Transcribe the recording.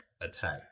attack